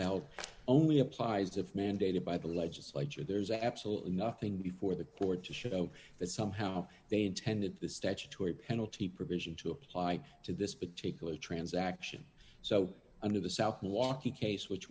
held only applies if mandated by the legislature there's absolutely nothing before the court to show that somehow they intended the statutory penalty provision to apply to this particular transaction so under the south milwaukee case which